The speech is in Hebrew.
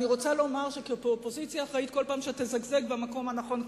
אני רוצה לומר שכאופוזיציה אחראית כל פעם שתזגזג במקום הנכון,